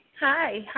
Hi